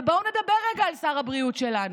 ובואו נדבר רגע על שר הבריאות שלנו.